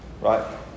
Right